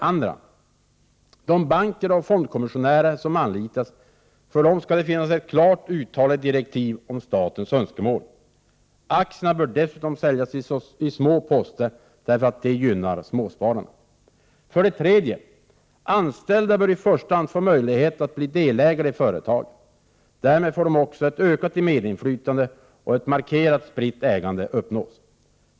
För de banker och fondkommissionärer som anlitas skall det finnas klart uttalade direktiv om statens önskemål. Aktierna bör dessutom säljas i små poster. Detta gynnar de små spararna. 3. De anställda bör i första hand få möjlighet att bli delägare i företaget. Därmed får de också ett ökat medinflytande, och ett markerat spritt ägande uppnås.